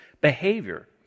behavior